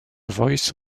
voice